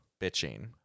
bitching